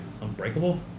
Unbreakable